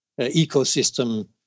ecosystem